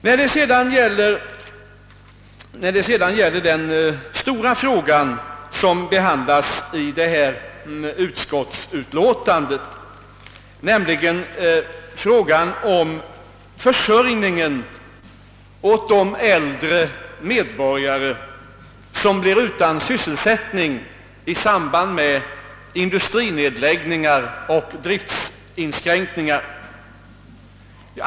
Jag skall sedan ta upp det stora problem, som behandlas i utskottsutlåtandet, nämligen frågan om försörjningen åt de äldre medborgare som blir utan sysselsättning i samband med industrinedläggningar och driftsinskränkningar.